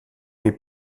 est